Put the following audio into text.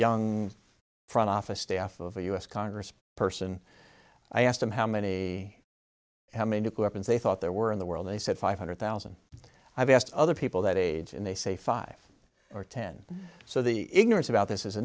young front office staff of a u s congress person i asked them how many how many nuclear weapons they thought there were in the world they said five hundred thousand i've asked other people that age and they say five or ten so the ignorance about this